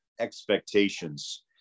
expectations